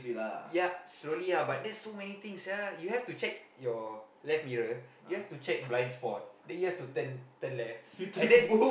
ya slowly ah but that's so many things sia you have to check your left mirror you have to check your blind spot then you have to turn turn left and then